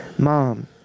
Mom